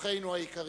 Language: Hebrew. אורחינו היקרים,